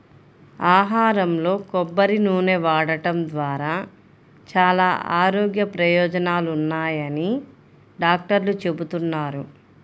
ఆహారంలో కొబ్బరి నూనె వాడటం ద్వారా చాలా ఆరోగ్య ప్రయోజనాలున్నాయని డాక్టర్లు చెబుతున్నారు